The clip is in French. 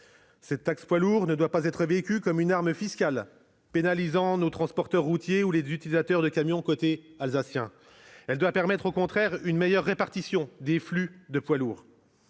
Cette taxe poids lourds ne doit pas être vécue comme une arme fiscale pénalisant nos transporteurs routiers ou les utilisateurs de camions côté alsacien. Elle doit permettre au contraire une meilleure répartition des flux de poids lourds.